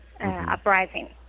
uprising